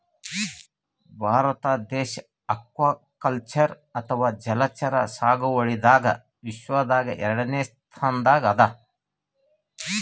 ಭಾರತ ದೇಶ್ ಅಕ್ವಾಕಲ್ಚರ್ ಅಥವಾ ಜಲಚರ ಸಾಗುವಳಿದಾಗ್ ವಿಶ್ವದಾಗೆ ಎರಡನೇ ಸ್ತಾನ್ದಾಗ್ ಅದಾ